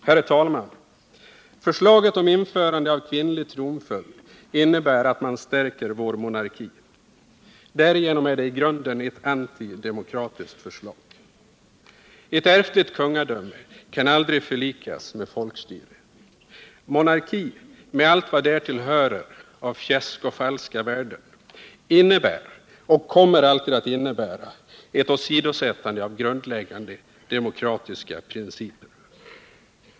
Herr talman! Förslaget om införande av kvinnlig tronföljd innebär att man stärker vår monarki. Därigenom är det i grunden ett antidemokratiskt förslag. Ett ärftligt kungadöme kan aldrig förlikas med folkstyre. Monarki, med allt vad därtill hörer av fjäsk och falska värden, innebär och kommer alltid att innebära ett åsidosättande av grundläggande demokratiska principer.